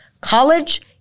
College